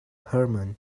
herman